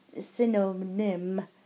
synonym